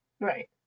Right